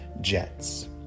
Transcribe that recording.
jets